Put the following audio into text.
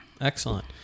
Excellent